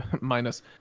Minus